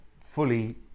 fully